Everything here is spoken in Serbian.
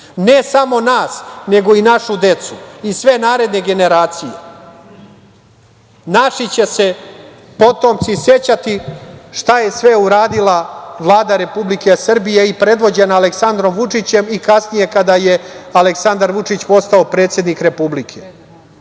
Ne samo nas, nego i našu decu, i sve naredne generacije. Naši će se potomci sećati šta je sve uradila Vlada Republike Srbije predvođena Aleksandrom Vučićem i kasnije kada je Aleksandar Vučić postao predsednik Republike. Ali,